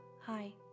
hi